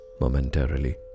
momentarily